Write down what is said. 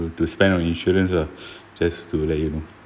to to spend on insurance lah just to let you know